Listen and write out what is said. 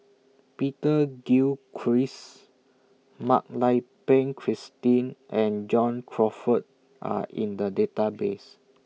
Peter Gilchrist Mak Lai Peng Christine and John Crawfurd Are in The Database